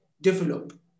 develop